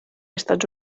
estats